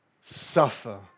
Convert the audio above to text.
suffer